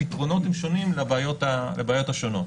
הפתרונות הם שונים לבעיות השונות.